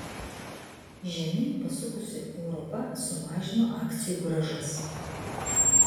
žemyn pasukusi europa sumažino akcijų grąžas